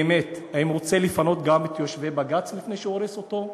באמת: האם הוא רוצה גם לפנות את יושבי בג"ץ לפני שהוא הורס אותו,